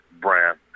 brand